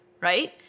right